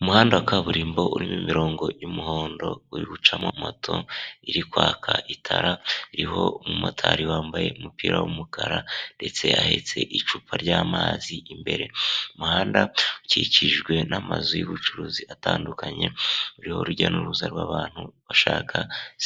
Umuhanda wa kaburimbo urimo imirongo y'umuhondo uri gucamo moto iri kwaka itara, iriho umumotari wambaye umupira w'umukara ndetse ahetse icupa ry'amazi imbere, umuhanda ukikijwe n'amazu y'ubucuruzi atandukanye, uriho urujya n'uruza rw'abantu bashaka